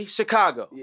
Chicago